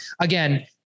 again